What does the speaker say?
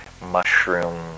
mushroom